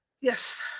yes